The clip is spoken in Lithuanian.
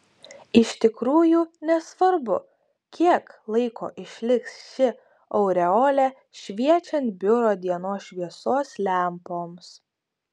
iš tikrųjų nesvarbu kiek laiko išliks ši aureolė šviečiant biuro dienos šviesos lempoms